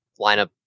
lineup